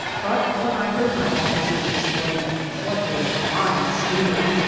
but when i heard my officers exclaim what a fine steamer!